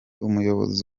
umuyobozi